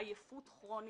עייפות כרונית,